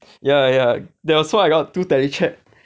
ya ya that's why I got two Tele chat